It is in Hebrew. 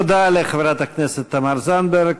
תודה לחברת הכנסת תמר זנדברג.